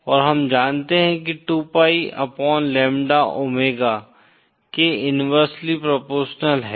और हम जानते हैं कि 2pi अपॉन लैम्ब्डा ओमेगा के इनवेरसेली प्रोपोरशनल है